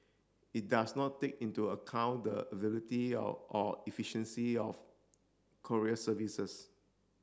it does not take into account the availability or or efficiency of courier services